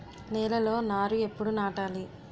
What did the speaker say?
నేలలో నారు ఎప్పుడు నాటాలి?